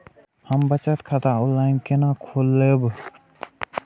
हम बचत खाता ऑनलाइन केना खोलैब?